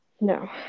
no